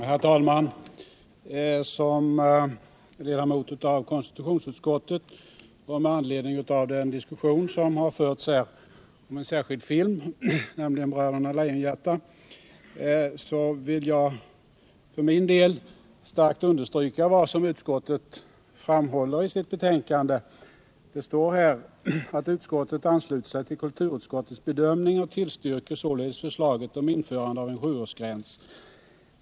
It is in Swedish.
Herr talman! Som ledamot av konstitutionsutskottet vill jag med anledning av den diskussion som har förts här om en särskild film, Bröderna Lejonhjärta, för min del starkt understryka vad utskottet framhåller i sitt betänkande: ”Utskottet ansluter sig till kulturutskottets bedömning och tillstyrker således förslaget om införande av en sjuårsgräns.